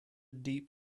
deep